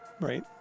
Right